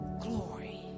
glory